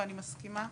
ואני מסכימה,